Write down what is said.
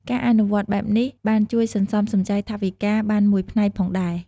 ការអនុវត្តន៍បែបនេះបានជួយសន្សំសំចៃថវិកាបានមួយផ្នែកផងដែរ។